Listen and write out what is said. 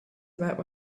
about